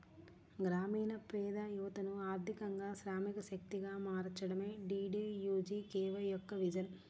గ్రామీణ పేద యువతను ఆర్థికంగా శ్రామిక శక్తిగా మార్చడమే డీడీయూజీకేవై యొక్క విజన్